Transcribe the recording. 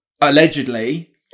allegedly